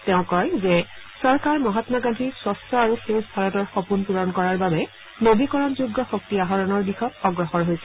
তেওঁ কয় যে চৰকাৰ মহামা গান্ধীৰ স্বচ্ছ আৰু সেউজ ভাৰতৰ সপোন পূৰণ কৰাৰ বাবে নবীকৰণযোগ্য শক্তি আহৰণৰ দিশত অগ্ৰসৰ হৈছে